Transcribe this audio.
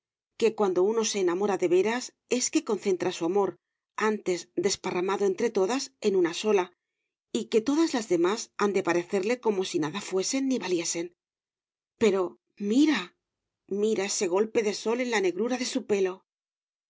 que cuando uno se enamora de veras es que concentra su amor antes desparramado entre todas en una sola y que todas las demás han de parecerle como si nada fuesen ni valiesen pero mira mira ese golpe de sol en la negrura de su pelo